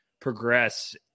progress